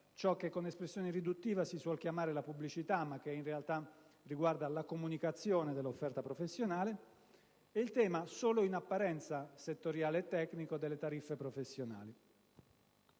ciò che, con espressione riduttiva, si suole chiamare la pubblicità, ma che in realtà riguarda la comunicazione dell'offerta professionale; con il tema, infine, solo in apparenza settoriale e tecnico, delle tariffe professionali.